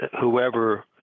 whoever